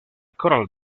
coral